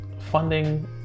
Funding